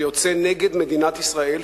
שיוצא נגד מדינת ישראל,